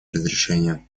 разрешение